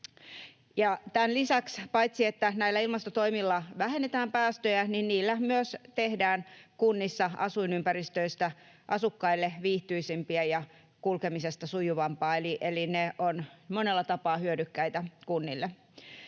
Tämän lisäksi: paitsi että näillä ilmastotoimilla vähennetään päästöjä, niillä myös tehdään kunnissa asuinympäristöistä asukkaille viihtyisämpiä ja kulkemisesta sujuvampaa, eli ne ovat monella tapaa hyödykkäitä kunnille.